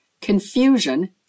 confusion